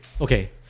okay